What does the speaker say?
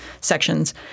sections